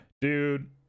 dude